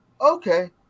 okay